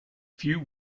few